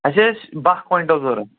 اَسہِ أسۍ بَہہ کوینٛٹل ضوٚرتھ